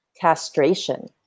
castration